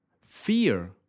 Fear